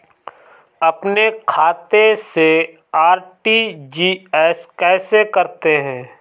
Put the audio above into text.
अपने खाते से आर.टी.जी.एस कैसे करते हैं?